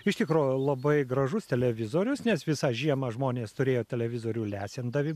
iš tikro labai gražus televizorius nes visą žiemą žmonės turėjo televizorių lesindami